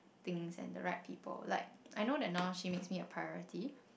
things and the right people like I know that now she makes me a priority